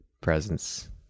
presence